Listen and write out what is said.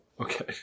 Okay